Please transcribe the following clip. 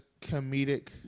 comedic